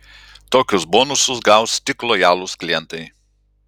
tokius bonusus gaus tik lojalūs klientai